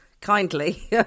kindly